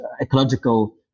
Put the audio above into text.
ecological